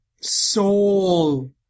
soul